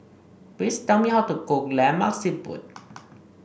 please tell me how to cook Lemak Siput